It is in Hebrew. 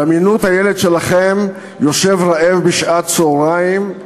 דמיינו את הילד שלכם יושב רעב בשעת צהריים,